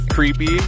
Creepy